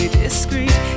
discreet